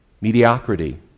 Mediocrity